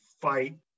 fight